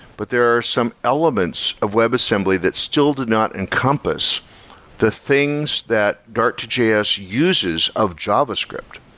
but there are some elements of web assembly that still did not encompass the things that dart to js uses of javascript.